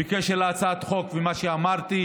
בקשר להצעת החוק ומה שאמרתי,